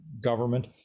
government